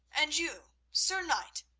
and you, sir knight,